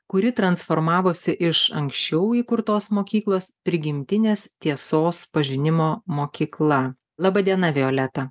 kuri transformavosi iš anksčiau įkurtos mokyklos prigimtinės tiesos pažinimo mokykla laba diena violeta